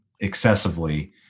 excessively